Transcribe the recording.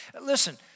Listen